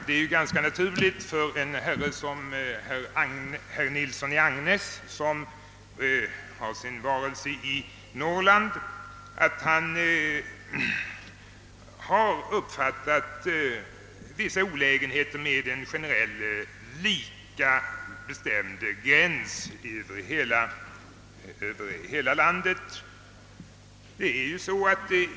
Det är ganska naturligt att en herre som herr Nilsson i Agnäs, som har sin varelse i Norrland, har uppfattat vissa olägenheter med en generellt lika bestämd gräns över hela landet.